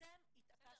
אתם התעקשתם --- אבל